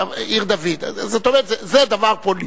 זה דבר פוליטי.